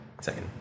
Second